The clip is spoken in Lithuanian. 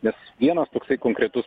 nes vienas toksai konkretus